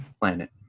planet